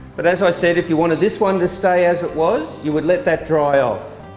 but as i said, if you wanted this one to stay as it was, you would let that dry off,